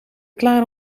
klaar